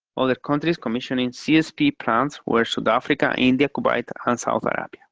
other countries commissioning csp plants were south africa, india, kuwait, and south africa.